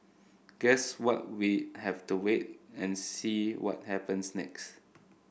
guess what we have to wait and see what happens next